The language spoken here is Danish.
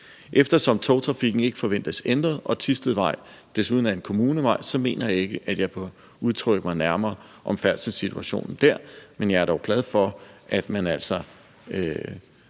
Eftersom togtrafikken ikke forventes ændret og Thistedvej desuden er en kommunevej, mener jeg ikke, at jeg kan udtale mig nærmere om færdselssituationen der, men jeg er dog glad for, at man ikke